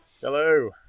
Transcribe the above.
Hello